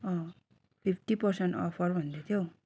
अँ fifty percent offer भन्दै थियो हौ